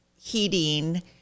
heating